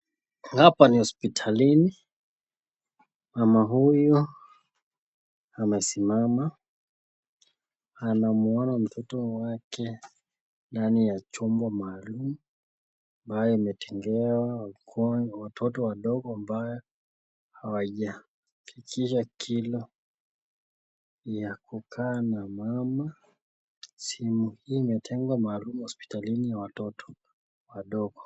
Hapa ni hospitalini mama huyu amesimama anamwona mtoto wake ndani ya chombo maalum ambayo imetengewa watoto wadogo ambao hawajafikisha kilo ya kukaa na mama sehemu hiii imetengwa maalum hospitalini ya watoto wadogo.